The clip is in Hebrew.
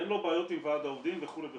אין לו בעיות עם ועד העובדים וכו'.